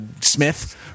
smith